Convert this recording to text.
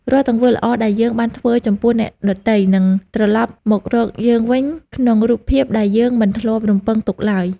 រាល់ទង្វើល្អដែលយើងបានធ្វើចំពោះអ្នកដទៃ នឹងត្រលប់មករកយើងវិញក្នុងរូបភាពដែលយើងមិនធ្លាប់រំពឹងទុកឡើយ។